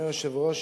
אדוני היושב-ראש,